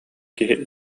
киһи